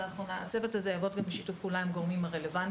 אז הצוות הזה יעבוד בשיתוף פעולה עם הגורמים הרלבנטיים.